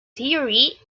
theory